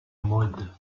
mode